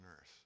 earth